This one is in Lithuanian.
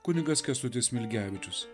kunigas kęstutis smilgevičius